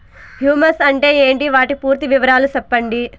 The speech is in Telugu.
హ్యూమస్ అంటే ఏంటి? వాటి పూర్తి వివరాలు సెప్పండి?